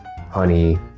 honey